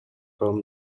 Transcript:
from